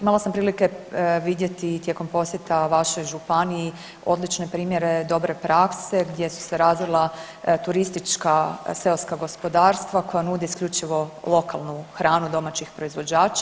Imala sam prilike vidjeti tijekom posjeta vašoj županiji odlične primjere dobre prakse gdje su se razvila turistička seoska gospodarstva koja nude isključivo lokalnu hranu domaćih proizvođača.